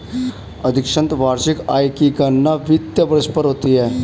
अधिकांशत वार्षिक आय की गणना वित्तीय वर्ष पर होती है